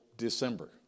December